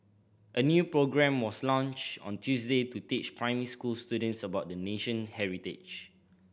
a new programme was launched on Tuesday to teach primary school students about the nation heritage